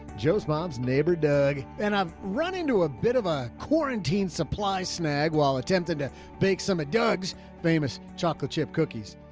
joe's mom's neighbor, doug, and i've run into a bit of a quarantine supply snag while attempting to bake some of doug's famous chocolate chip cookies.